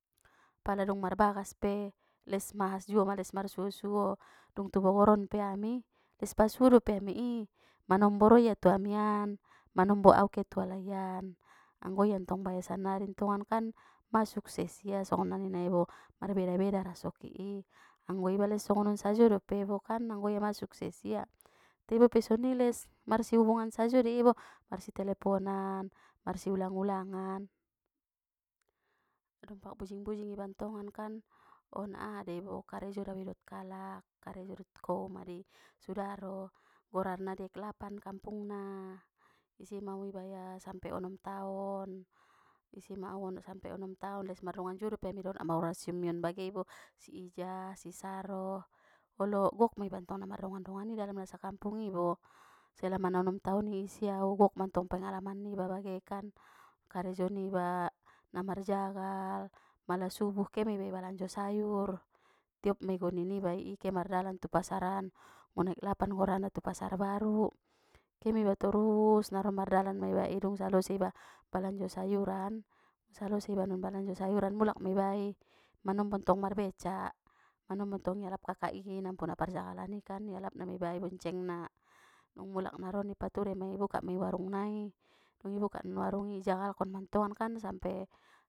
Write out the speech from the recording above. Pala dung marbagas pe les mahas juo ma les marsuo-suo dung tu bogoron pe ami les pasuo dope ami i manombo ro ia tu amian manombo au ke tu alaian anggo ia ntong baya sannari ntongan kan ma sukses ia songon na ninna i bo marbeda-beda rasoki i anggo iba les songonon sajo dope bo kan anggo ia mang sukses ia te bope soni les marsi hubungan sajo dei bo mar si teleponan mar si ulang-ulangan, dompak bujing-bujing iba ntongan kan ona aha de bo karejo dau i dot kalak karejo dot koum adi sudaro gorarna di aeklapan kampung na isi ma au ibaya sampe onom taon isi ma au on sampe onom taon les mardongan juo dope ami dot na mar si ummi on bage ibo si ijah si saroh olo gok ma iba ntong namardongan-dongani na dalam na sakampung ibo selama na onom taon i si au gok mantong pengalaman niba bagekan karejo niba na marjagal mala subuh ke me iba i balanjo sayur tiop mei goni niba i ke mardalan tu pasaran ngon aek lapan gorarna tu pasar baru ke ma iba torus mardalan ma iba i dung salose iba balanjo sayuran salose iba non balanjo sayuran mulak ma iba i manombo ntong marbecak manombo ntong i alap kakak i nampuna parjagalan i kan ialap na maiba i iboncengna dung mulak naron i pature ma ibuka mei warung nai dung ibuka non warungi i jagalkon mantongan sampe.